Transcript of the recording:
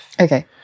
Okay